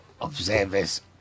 observers